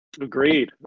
Agreed